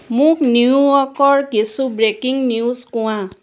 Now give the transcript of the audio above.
মোক নিউয়ৰ্কৰ কিছু ব্ৰেকিং নিউজ কোৱা